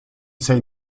say